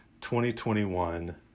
2021